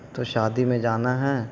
تو شادی میں جانا ہے